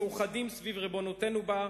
מאוחדים סביב ריבונותנו בה,